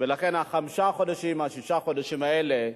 ולכן חמשת החודשים, ששת החודשים האלה,